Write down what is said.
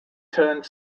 turned